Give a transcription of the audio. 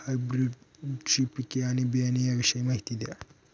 हायब्रिडची पिके आणि बियाणे याविषयी माहिती द्या